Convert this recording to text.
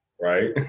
right